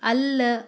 ಅಲ್ಲ